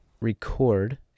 record